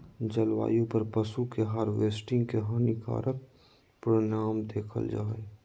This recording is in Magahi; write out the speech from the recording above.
जलवायु पर पशु के हार्वेस्टिंग के हानिकारक परिणाम देखल जा हइ